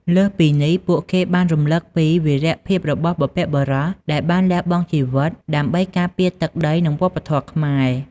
លើសពីនេះ ពួកគេបានរំលឹកពី វីរភាពរបស់បុព្វបុរស ដែលបានលះបង់ជីវិតដើម្បីការពារទឹកដី និងវប្បធម៌ខ្មែរ។